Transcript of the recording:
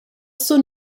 sun